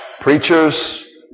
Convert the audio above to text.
preachers